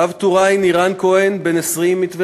רב-טוראי נירן כהן, בן 20, מטבריה,